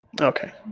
Okay